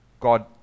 God